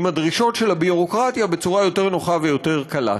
הדרישות של הביורוקרטיה בצורה יותר נוחה ויותר קלה.